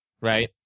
right